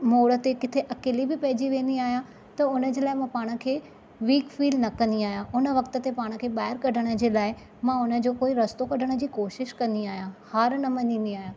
मोड़ ते किथे अकेले बि पेइजी वेंदी आहियां त हुन जे लाइ मां पाण खे वीक फ़ील न कंदी आहियां हुन वक़्ति ते पाण खे ॿाहिरि कढिणु जे लाइ मां हुन जो कोई रस्तो कढिणु जी कोशिशि कंदी आहियां हार न मञंदी आहियां